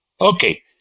Okay